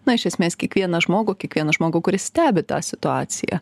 na iš esmės kiekvieną žmogų kiekvieną žmogų kuris stebi tą situaciją